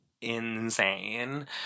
insane